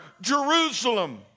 Jerusalem